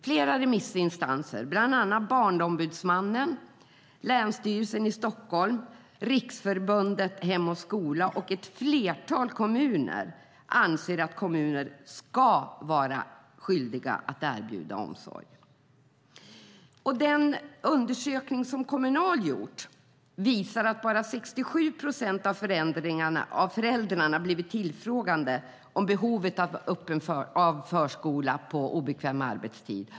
Flera remissinstanser, bland annat Barnombudsmannen, Länsstyrelsen i Stockholm, Riksförbundet Hem och skola och ett flertal kommuner, anser att kommuner ska vara skyldiga att erbjuda omsorg. Den undersökning som Kommunal gjort visar att bara 67 procent av föräldrarna blivit tillfrågade om behovet av förskola på obekväm arbetstid.